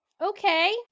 Okay